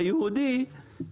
ליוויתי את אשכול בית הכרם,